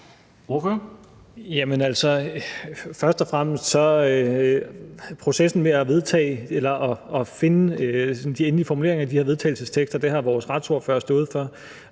hvorfor